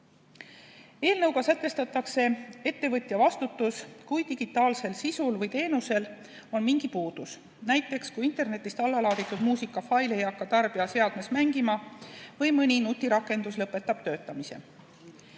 Eelnõuga sätestatakse ettevõtja vastutus, kui digitaalsel sisul või teenusel on mingi puudus, näiteks kui internetist alla laaditud muusikafail ei hakka tarbija seadmes mängima või mõni nutirakendus lõpetab töötamise.